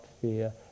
fear